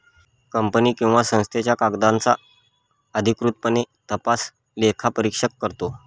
company किंवा संस्थांच्या कागदांचा अधिकृतपणे तपास लेखापरीक्षक करतो